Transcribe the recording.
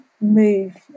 move